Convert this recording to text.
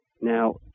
Now